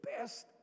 best